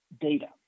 data